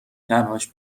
تنهاش